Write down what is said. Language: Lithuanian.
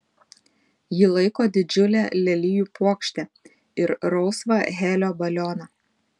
ji laiko didžiulę lelijų puokštę ir rausvą helio balioną